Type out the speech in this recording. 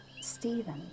Stephen